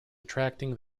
attracting